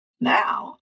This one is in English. Now